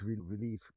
relief